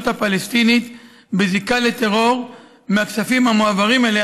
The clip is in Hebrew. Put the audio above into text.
הפלסטינית בזיקה לטרור מהכספים המועברים אליה,